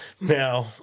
Now